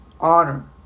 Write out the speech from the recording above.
Honor